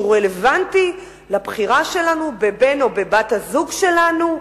רלוונטי לבחירה שלנו בבן או בבת הזוג שלנו.